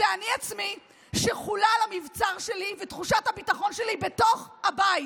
זה אני עצמי שחוללו המבצר שלי ותחושת הביטחון שלי בתוך הבית.